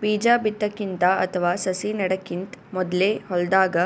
ಬೀಜಾ ಬಿತ್ತಕ್ಕಿಂತ ಅಥವಾ ಸಸಿ ನೆಡಕ್ಕಿಂತ್ ಮೊದ್ಲೇ ಹೊಲ್ದಾಗ